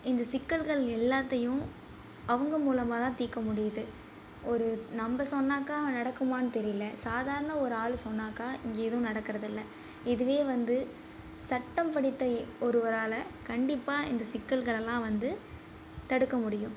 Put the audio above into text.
இந்த சிக்கல்கள் எல்லாத்தையும் அவங்க மூலமாக தான் தீர்க்க முடியுது ஒரு நம்ப சொன்னாக்கா நடக்குமான்னு தெரியல சாதாரண ஒரு ஆள் சொன்னாக்கா இங்கே ஏதும் நடக்கறதில்லை இதுவே வந்து சட்டம் படித்த இ ஒருவரால் கண்டிப்பாக இந்த சிக்கல்களை எல்லாம் வந்து தடுக்க முடியும்